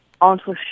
entre